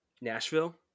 Nashville